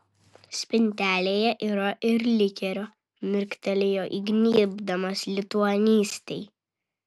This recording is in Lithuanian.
spintelėje yra ir likerio mirktelėjo įgnybdamas lituanistei